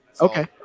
Okay